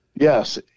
Yes